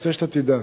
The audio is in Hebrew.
אני רוצה שאתה תדע,